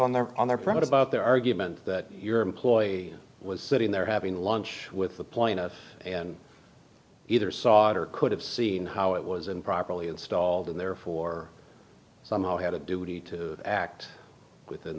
their on their premises about their argument that your employee was sitting there having lunch with the plaintiff and either saw it or could have seen how it was improperly installed and therefore somehow had a duty to act within